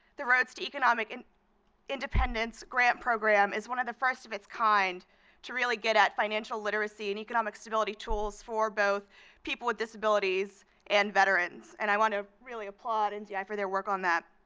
the roads to economic and independence grant program is one of the first of its kind to really get at financial literacy and economic stability tools for both people with disabilities and veterans. and i want to really applaud and yeah nti for their work on that.